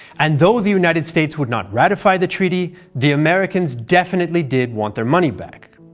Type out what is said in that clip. and though the united states would not ratify the treaty, the americans definitely did want their money back.